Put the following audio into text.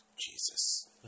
Jesus